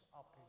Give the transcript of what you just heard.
up